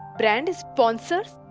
brand! sponsor! i